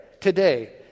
today